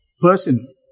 person